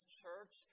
church